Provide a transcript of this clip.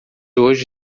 hoje